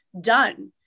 done